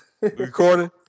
Recording